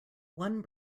one